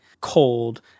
cold